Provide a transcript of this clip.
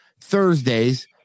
Thursdays